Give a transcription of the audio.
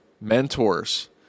mentors